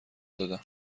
دادم